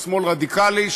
שמאל רדיקלי,